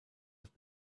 have